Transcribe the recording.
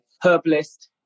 Herbalist